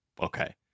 okay